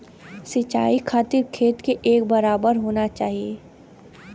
सिंचाई खातिर खेत के एक बराबर होना चाही